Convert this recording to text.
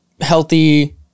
healthy